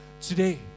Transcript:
today